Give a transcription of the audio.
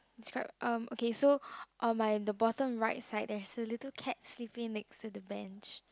describe um okay so on my in the bottom right side there's a little cat sleeping next to the bench